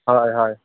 ᱦᱚᱭ ᱦᱚᱭ